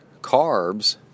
carbs –